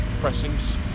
pressings